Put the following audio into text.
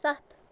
ستھ